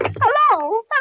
Hello